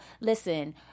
listen